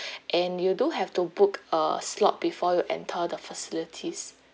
and you do have to book a slot before you enter the facilities